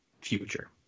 future